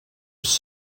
was